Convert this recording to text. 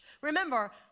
remember